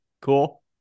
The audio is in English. Cool